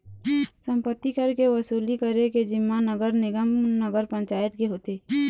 सम्पत्ति कर के वसूली करे के जिम्मा नगर निगम, नगर पंचायत के होथे